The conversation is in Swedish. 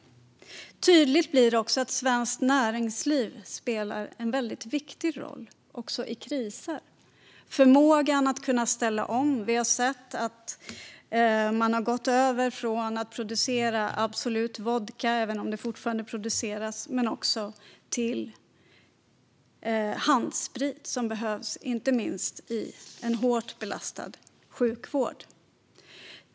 Vidare blir det tydligt att svenskt näringsliv spelar en väldigt viktig roll, också i kriser. Det handlar om förmågan att ställa om. Vi har sett att man har gått över från att producera Absolut vodka - även om det fortfarande produceras - till att också producera handsprit, som behövs inte minst i en hårt belastad sjukvård.